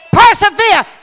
persevere